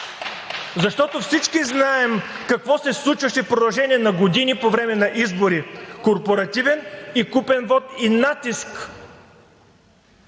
Защото всички знаем какво се случваше в продължение на години по време на избори – корпоративен и купен вот, и натиск.